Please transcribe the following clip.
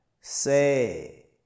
say